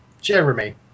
Jeremy